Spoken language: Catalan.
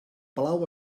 palau